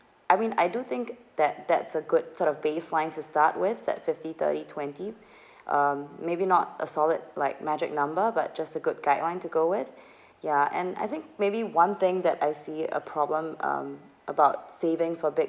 I mean I do think that that's a good sort of baseline to start with that fifty thirty twenty um maybe not a solid like magic number but just a good guideline to go with ya and I think maybe one thing that I see a problem um about saving for big